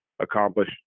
Accomplish